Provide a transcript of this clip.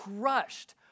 crushed